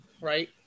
Right